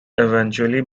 eventually